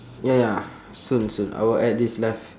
ya ya soon soon I will add this life